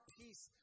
peace